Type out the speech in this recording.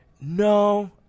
no